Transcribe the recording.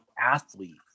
athlete